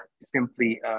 simply